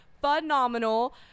phenomenal